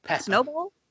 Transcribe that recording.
snowball